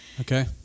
Okay